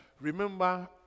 remember